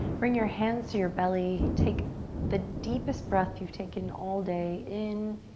bring your hands to your belly. take the deepest breath you've taken all day, in.